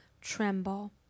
tremble